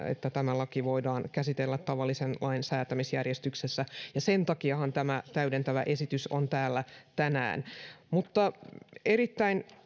että tämä laki voidaan käsitellä tavallisen lain säätämisjärjestyksessä ja sen takiahan tämä täydentävä esitys on täällä tänään erittäin